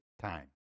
time